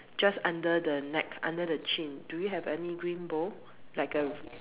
just under the neck under the Chin do you have any green bow like a